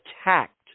attacked